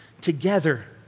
together